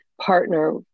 partner